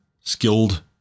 skilled